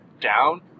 down